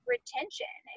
retention